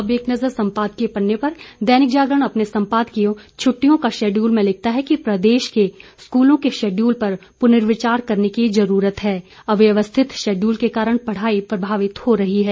अब एक नजर संपादकीय पन्ने पर दैनिक जागरण अपने संपादकीय छुटिटयों का शैडयूल में लिखता है कि प्रदेश के स्कूलों के शैडयूल पर पुनर्विचार करने की जरूरत है अव्यवस्थित शैडयूल के कारण पढ़ाई प्रभावित हो रही है